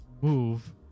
move